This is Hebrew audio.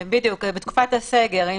בדיוק, בתקופת הסגר.